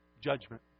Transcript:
judgment